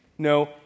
No